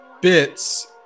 bits